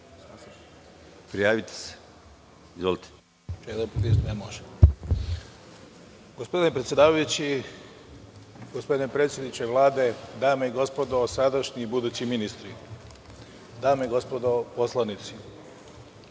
Petroviću. Izvolite. **Petar Petrović** Gospodine predsedavajući, gospodine predsedniče Vlade, dame i gospodo, sadašnji i budući ministri, dame i gospodo poslanici,